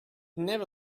never